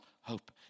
hope